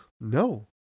no